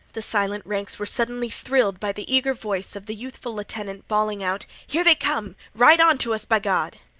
the silent ranks were suddenly thrilled by the eager voice of the youthful lieutenant bawling out here they come! right onto us, b'gawd!